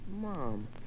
Mom